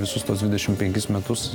visus tuos dvidešimt penkis metus